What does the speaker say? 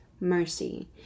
mercy